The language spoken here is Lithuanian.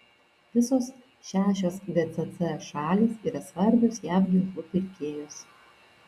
visos šešios gcc šalys yra svarbios jav ginklų pirkėjos